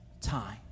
time